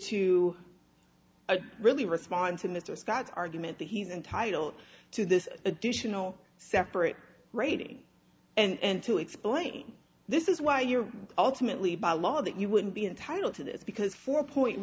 to really respond to mr scott's argument that he's entitled to this additional separate rating and to explain this is why you ultimately by law that you wouldn't be entitled to this because four point